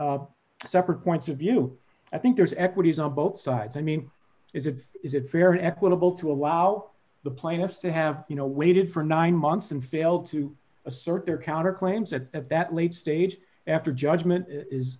separate points of view i think there's equities of both sides i mean is it is it fair and equitable to allow the plainest to have you know waited for nine months and fail to assert their counterclaims at that late stage after judgment is